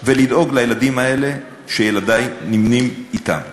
ולדאוג לילדים האלה, שילדי נמנים אתם.